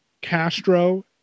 Castro